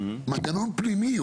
מנגנון פנימי,